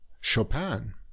Chopin